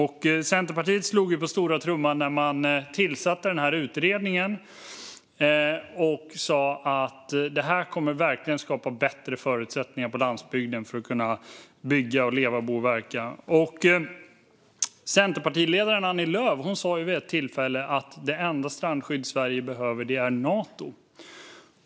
Centerpartiet slog på stora trumman när man tillsatte utredningen och sa att det här verkligen kommer att skapa bättre förutsättningar på landsbygden för att bygga, leva, bo och verka där. Centerpartiledaren Annie Lööf sa vid ett tillfälle att det enda strandskydd Sverige behöver är Nato.